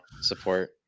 support